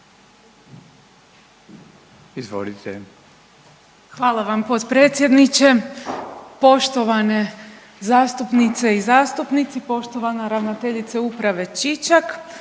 (HDZ)** Hvala vam potpredsjedniče. Poštovane zastupnice i zastupnici, poštovana ravnateljice Uprave Čičak